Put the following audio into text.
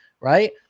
right